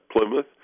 plymouth